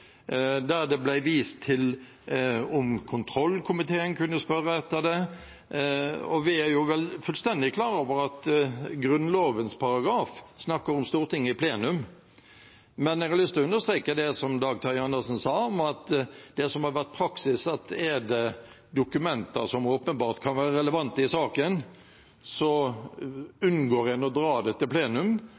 der det ble vist til om kontrollkomiteen kunne spørre etter det. Vi er fullstendig klar over at Grunnlovens paragraf snakker om Stortinget i plenum, men jeg har lyst til å understreke det som representanten Dag Terje Andersen sa om at det som har vært praksis, er at er det dokumenter som åpenbart kan være relevante i saken, så unngår en å dra dem til plenum,